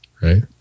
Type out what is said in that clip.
right